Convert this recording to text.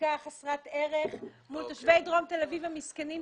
בחקיקה חסרת ערך מול תושבי דרום תל אביב המסכנים,